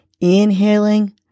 inhaling